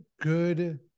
good